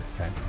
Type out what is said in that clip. Okay